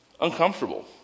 uncomfortable